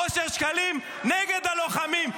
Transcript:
--- אושר שקלים, נגד הלוחמים.